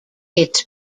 its